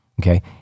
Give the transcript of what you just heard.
Okay